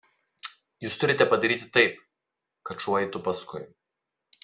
jūs turite padaryti taip kad šuo eitų paskui